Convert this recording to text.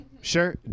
Sure